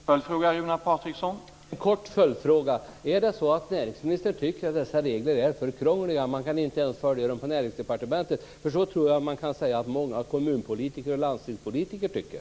Herr talman! Jag har en kort följdfråga. Är det så att näringsministern tycker att dessa regler är för krångliga och att man inte ens på Näringsdepartementet kan följa dem? Det tror jag att många kommunpolitiker och landstingspolitiker tycker.